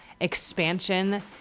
expansion